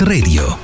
Radio